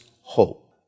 hope